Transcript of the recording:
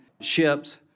ships